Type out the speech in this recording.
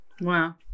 Wow